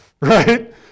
right